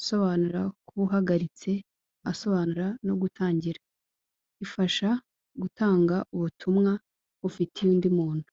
asobanura kuba uhagaritse, asobanura no gutangira, ifasha gutanga ubutumwa ufitiye undi muntu.